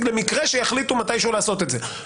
במקרה שיחליטו מתי שהוא לעשות את זה.